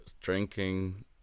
drinking